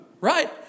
Right